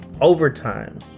overtime